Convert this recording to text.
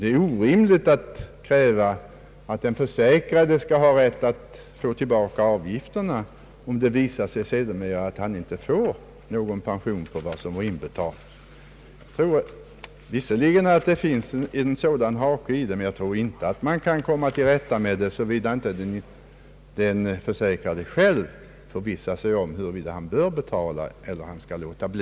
Det är orimligt att kräva att den försäkrade skall få tillbaka avgifterna om det senare visar sig att han inte får pension för vad han inbetalat. Det finns alltså en hake i det här problemet som jag inte tror man kan komma till rätta med såvida inte den försäkrade själv förvissar sig om huruvida han bör betala avgifter eller låta bli.